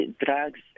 drugs